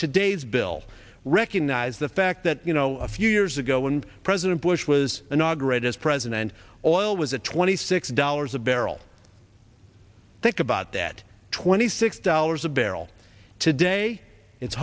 today's bill recognize the fact that you know a few years ago when president bush was inaugurated as president all was at twenty six dollars a barrel think about that twenty six dollars a barrel today it's